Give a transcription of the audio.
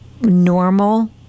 normal